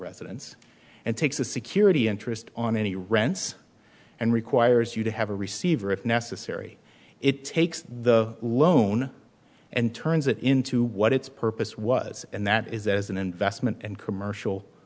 residence and takes a security interest on any rents and requires you to have a receiver if necessary it takes the loan and turns it into what its purpose was and that is as an investment and commercial